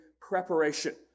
preparation